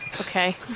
Okay